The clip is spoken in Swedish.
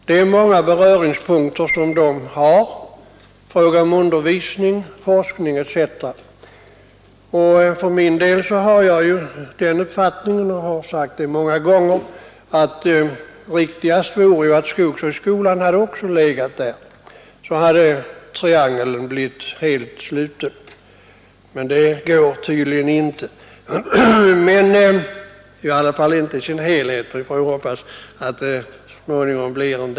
Dessa har många beröringspunkter i fråga om undervisning, forskning etc. För min del har jag den uppfattningen — jag har framfört den många gånger — att riktigast vore att skogshögskolan också hade legat där. Triangeln hade då blivit helt sluten. Men det går tydligen inte, i varje fall inte i sin helhet.